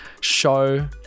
show